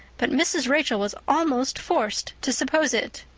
but mrs. rachel was almost forced to suppose it.